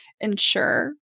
ensure